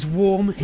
warm